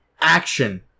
Action